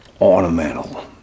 ornamental